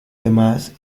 demás